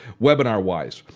webinar-wise.